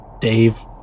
Dave